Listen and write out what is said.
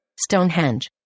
Stonehenge